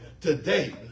today